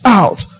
out